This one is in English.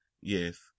Yes